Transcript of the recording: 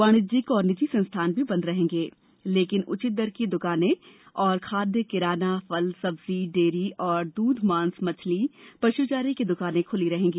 वाणिज्यिक और निजी संस्थांन भी बंद रहेंगे लेकिन उचित दर की दुकानें और खाद्य किराना फल सब्जी डेयरी और दूध मांस मछली और पशु चारे की दुकाने खुली रहेंगी